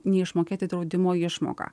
neišmokėti draudimo išmoką